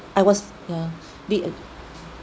I was ya did